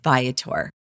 Viator